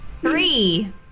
three